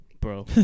Bro